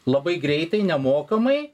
labai greitai nemokamai